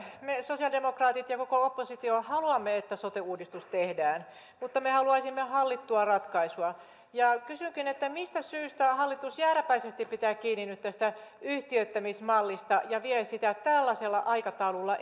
me sosiaalidemokraatit ja ja koko oppositio haluamme että sote uudistus tehdään mutta me haluaisimme hallittua ratkaisua kysynkin mistä syystä hallitus jääräpäisesti pitää kiinni nyt tästä yhtiöittämismallista ja vie sitä eteenpäin tällaisella aikataululla